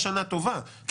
הייתה מבחינתי שנה טובה, כי